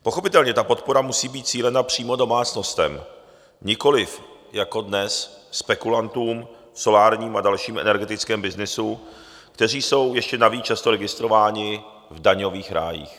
Pochopitelně ta podpora musí být cílena přímo domácnostem, nikoli jako dnes spekulantům v solárním a dalším energetickém byznysu, kteří jsou ještě navíc často registrováni v daňových rájích.